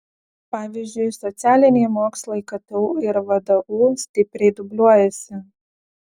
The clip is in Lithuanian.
pavyzdžiui socialiniai mokslai ktu ir vdu stipriai dubliuojasi